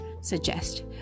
suggest